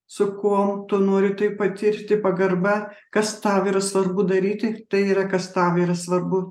su kuo tu nori tai patirti pagarba kas tau yra svarbu daryti tai yra kas tau yra svarbu